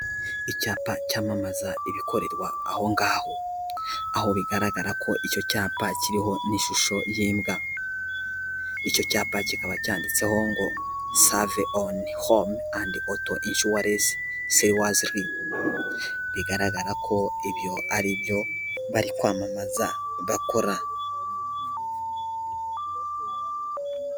Icyapa cyamamaza ibikorerwa aho ngaho, aho bigaragara ko icyo cyapa kiriho n'ishusho y'imbwa. Icyo cyapa kikaba cyanditseho ngo save on home and atto insuas se wasel bigaragara ko ibyo ari byo bari kwamamaza bakora.